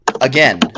Again